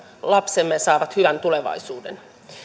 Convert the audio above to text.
lapsemme saavat hyvän tulevaisuuden